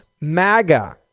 MAGA